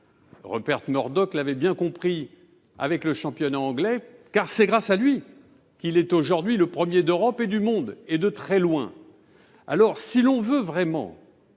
Rupert Murdoch l'avait bien compris avec le championnat anglais, et ce dernier est grâce à lui aujourd'hui le premier d'Europe et du monde, et de très loin. Si l'on veut vraiment